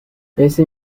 ese